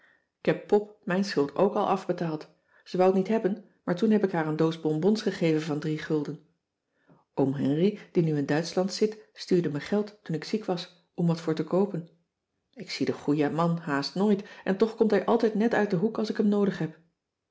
k heb pop mijn schuld ook al afbetaald ze wou t niet hebben maar toen heb ik haar een doos bonbons gegeven van drie gulden oom henri die nu in duitschland zit stuurde me geld toen ik ziek was om wat voor te koopen ik zie den goeien man haast nooit en toch komt hij altijd net uit den hoek als ik hem noodig heb